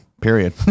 Period